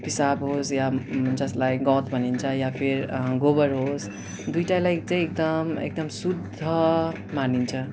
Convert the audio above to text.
पिसाब होस् या जसलाई गहुँत भनिन्छ या फिर गोबर होस् दुईवटालाई चाहिँ एकदम एकदम शुद्ध मानिन्छ